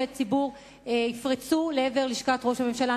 ציבור יפרצו לעבר לשכת ראש הממשלה,